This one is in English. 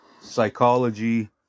psychology